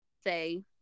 say